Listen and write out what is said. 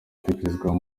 gutekerezwaho